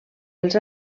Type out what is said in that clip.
els